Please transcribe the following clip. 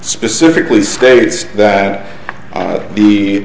specifically states that the the